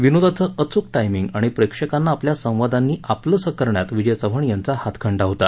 विनोदाचं अचूक टायमिंग आणि प्रेक्षकांना आपल्या संवादांनी आपलंसं करण्यात विजय चव्हाण यांचा हातखंडा होता